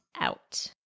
out